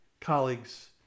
colleagues